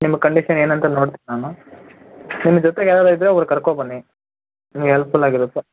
ನಿಮ್ಮ ಕಂಡೀಷನ್ ಏನಂತ ನೋಡ್ತೇನೆ ನಾನು ನಿಮ್ಮ ಜೊತೆಗೆ ಯಾರಾರೂ ಇದ್ದರೆ ಒಬ್ರು ಕರ್ಕೊಂಬನ್ನಿ ನಿಮ್ಗೆ ಎಲ್ಪ್ಫುಲ್ ಆಗಿರುತ್ತೆ